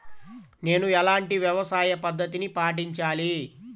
నేను ఎలాంటి వ్యవసాయ పద్ధతిని పాటించాలి?